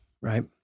right